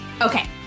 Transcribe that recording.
Okay